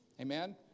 Amen